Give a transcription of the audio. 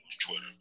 Twitter